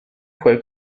fue